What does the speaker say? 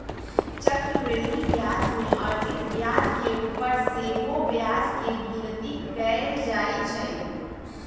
चक्रवृद्धि ब्याज में अर्जित ब्याज के ऊपर सेहो ब्याज के गिनति कएल जाइ छइ